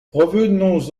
revenons